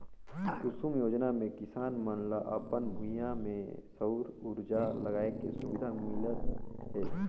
कुसुम योजना मे किसान मन ल अपन भूइयां में सउर उरजा लगाए के सुबिधा मिलत हे